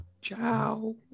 ciao